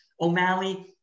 o'malley